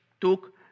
took